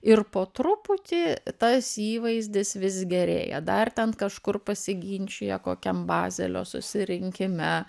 ir po truputį tas įvaizdis vis gerėja dar ten kažkur pasiginčija kokiam bazelio susirinkime